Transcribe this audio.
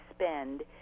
spend